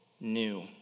new